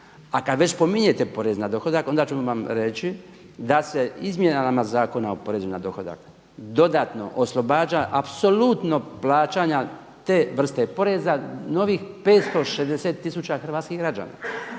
A kad već pominjete porez na dohodak onda ću vam reći da se izmjena Zakona o porezu na dohodak dodatno oslobađa apsolutno plaćanja te vrste poreza novih 560 tisuća hrvatskih građana.